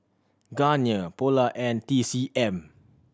Garnier Polar and T C M